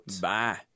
Bye